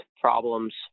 problems